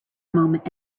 moment